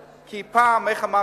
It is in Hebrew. כי פעם, איך אמרת?